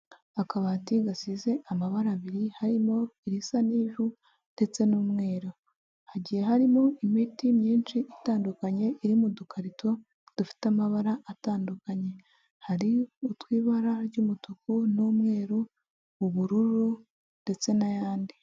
Akabati gasize amabara abiri harimo irisa n'ivu ndetse n'umweru, hagiye harimo imiti myinshi itandukanye iri mu dukarito dufite amabara atandukanye, hari utw'ibara ry'umutuku n'umweru, ubururu ndetse n'ayandi.